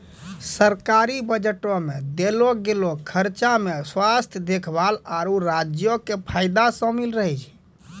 सरकारी बजटो मे देलो गेलो खर्चा मे स्वास्थ्य देखभाल, आरु राज्यो के फायदा शामिल रहै छै